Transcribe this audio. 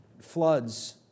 floods